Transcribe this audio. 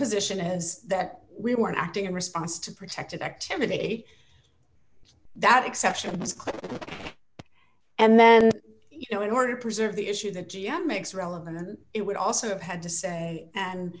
position is that we were acting in response to protected activity that exceptions clear and then you know in order to preserve the issue that g m makes relevant it would also have had to say and